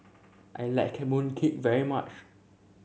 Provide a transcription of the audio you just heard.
I like mooncake very much